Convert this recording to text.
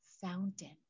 fountain